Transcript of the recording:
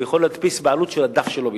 הוא יכול להדפיס בעלות של הדף שלו בלבד.